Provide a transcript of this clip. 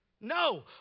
No